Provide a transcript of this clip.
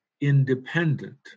independent